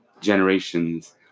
generations